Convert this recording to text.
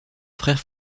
frère